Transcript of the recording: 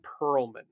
Perlman